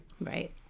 Right